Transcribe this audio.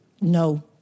no